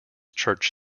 church